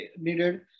needed